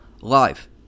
Live